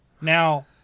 now